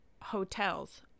hotels